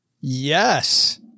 Yes